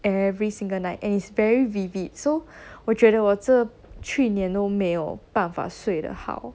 every single night and it's very vivid so 我觉得我这去年都没有办法睡得好